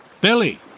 Billy